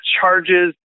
charges